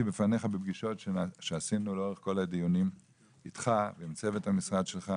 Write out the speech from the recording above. בפניך בפגישות שעשינו לאורך כל הדיונים איתך ועם צוות המשרד שלך.